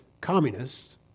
communists